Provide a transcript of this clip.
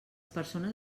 persones